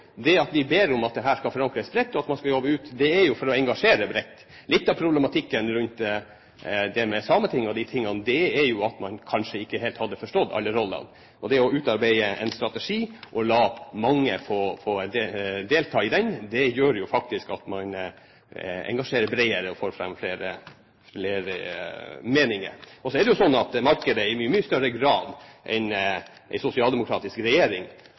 det gjelder strategien, ber vi om at dette skal forankres spredt, og at man skal jobbe utover. Det er jo for å engasjere bredt. Litt av problematikken rundt Sametinget er kanskje at man ikke helt har forstått alle rollene. Det å utarbeide en strategi og la mange få delta i den gjør faktisk at man engasjerer bredere og får fram flere meninger. Så er det jo sånn at markedet i mye større grad enn en sosialdemokratisk regjering